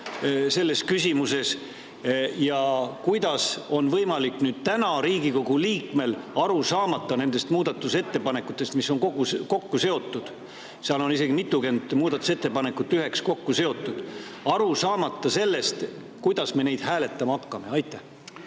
selles küsimuses? Kuidas on võimalik täna Riigikogu liikmel, aru saamata nendest muudatusettepanekutest, mis on kokku seotud – seal on isegi mitukümmend muudatusettepanekut üheks kokku seotud –, aru [saada] sellest, kuidas me neid hääletama hakkame? Aitäh,